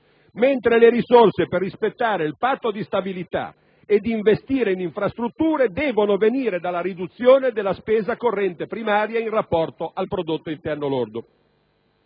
Mentre le risorse per rispettare il Patto di stabilità ed investire in infrastrutture devono venire dalla riduzione della spesa corrente primaria in rapporto al prodotto interno lordo.